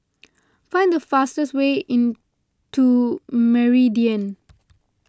find the fastest way in to Meridian